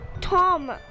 Tom